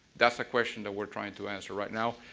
that's a question that we are trying to answer right now.